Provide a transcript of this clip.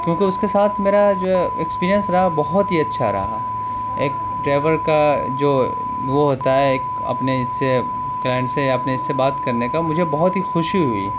کیونکہ اس کے ساتھ میرا جو ہے ایکسپیرئنس رہا بہت ہی اچھا رہا ایک ڈرائیور کا جو وہ ہوتا ہے ایک اپنے اس سے کلائنٹ سے یا اپنے اس سے بات کرنے کا مجھے بہت ہی خوشی ہوئی